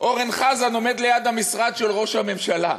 אורן חזן עומד ליד המשרד של ראש הממשלה.